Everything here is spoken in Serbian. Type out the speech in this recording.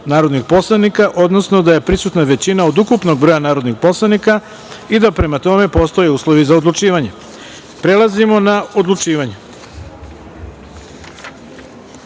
narodnih poslanika, odnosno da je prisutna većina od ukupnog broja narodnih poslanika i da, prema tome, postoje uslovi za odlučivanje. Prelazimo na odlučivanje. Prva